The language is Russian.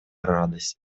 радость